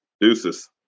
Deuces